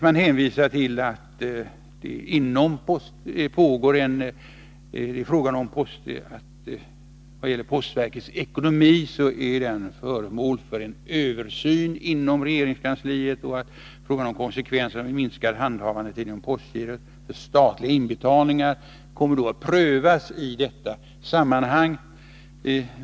Man påpekar dock att postverkets ekonomi är föremål för en översyn inom regeringskansliet. Frågan om konsekvenserna av en minskad handhavandetid inom postgirot för statliga inbetalningar kommer också att prövas i detta sammanhang.